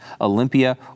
Olympia